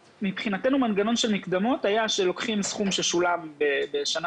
מנגנון של מקדמות מבחינתנו היה שלוקחים סכום ששולם בשנה